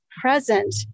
present